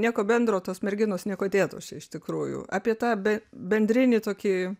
nieko bendro tos merginos niekuo dėtos čia iš tikrųjų apie tą be bendrinį tokį